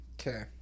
Okay